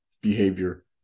behavior